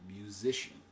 musician